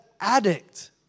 addict